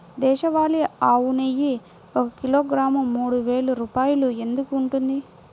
దేశవాళీ ఆవు నెయ్యి ఒక కిలోగ్రాము మూడు వేలు రూపాయలు ఎందుకు ఉంటుంది?